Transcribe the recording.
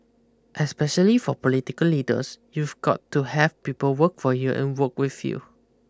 especially for political leaders you've got to have people work for you and work with you